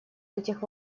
этих